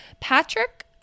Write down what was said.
Patrick